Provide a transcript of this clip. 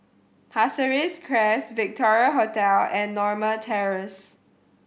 Pasir Ris Crest Victoria Hotel and Norma Terrace